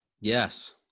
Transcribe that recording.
Yes